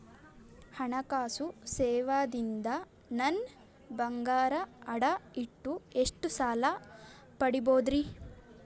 ಹಣಕಾಸು ಸೇವಾ ದಿಂದ ನನ್ ಬಂಗಾರ ಅಡಾ ಇಟ್ಟು ಎಷ್ಟ ಸಾಲ ಪಡಿಬೋದರಿ?